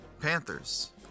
Panthers